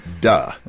duh